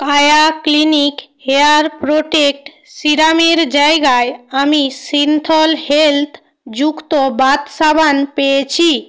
কায়া clinic hair protect serum এর জায়গায় আমি সিন্থল হেলথযুক্ত বাথ সাবান পেয়েছি